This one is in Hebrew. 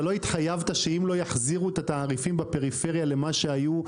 אתה לא התחייבת שאם לא יחזירו את התעריפים בפריפריה למה שהיו,